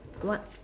what